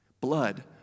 blood